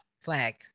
Flag